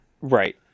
Right